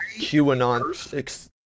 QAnon